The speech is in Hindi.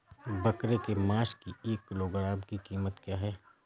बकरे के मांस की एक किलोग्राम की कीमत क्या है?